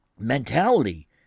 mentality